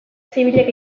zibilek